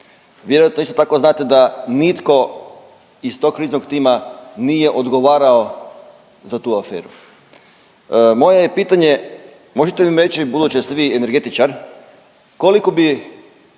Vjerojatno isto tako znate da nitko iz tog kriznog tima, nije odgovarao za tu aferu. Moje je pitanje možete li mi reći, budući da ste vi energetičar koliko bi